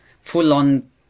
full-on